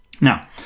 Now